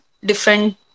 different